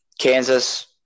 Kansas